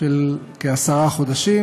של כעשרה חודשים.